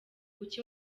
kuki